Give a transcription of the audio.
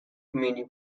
community